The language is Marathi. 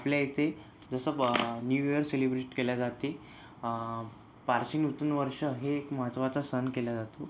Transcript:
आपल्या इथे जसं ब न्यू इयर सेलिब्रेट केल्या जाती पारसी नूतन वर्ष हे एक महत्त्वाचा सण केला जातो